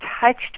touched